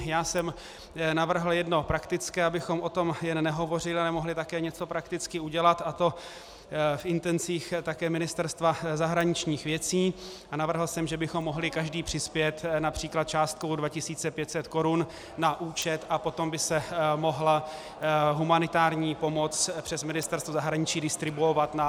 Já jsem navrhl jedno praktické, abychom o tom jen nehovořili a mohli také něco prakticky udělat, a to v intencích také Ministerstva zahraničních věcí, a navrhl jsem, že bychom mohli každý přispět např. částkou 2 500 korun na účet a potom by se mohla humanitární pomoc přes Ministerstvo zahraničí distribuovat na potřebná místa.